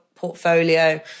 portfolio